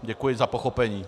Děkuji za pochopení.